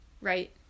right